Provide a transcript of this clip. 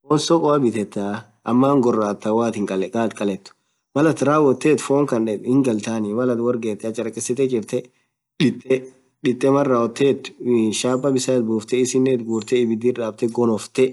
Fonn sokoa bithetha ama hingorathaa woathin kalethu mal atin rawothethu fonn Khan hingaltani Mal atin worr gethu chacharekesit chirtthe dhithee Mal rawothethu chapaa bisan itbufthe isinen it ghurthe ibidhiir dhabdhe gonofthee